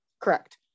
Correct